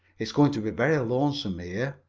it's going to be very lonesome here.